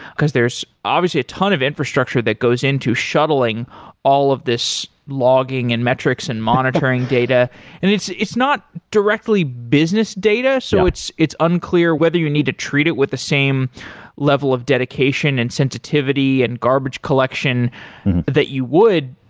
because there's obviously a ton of infrastructure that goes into shuttling all of this logging and metrics and monitoring data it's it's not directly business data, so it's it's unclear whether you need to treat it with the same level of dedication and sensitivity and garbage collection that you would,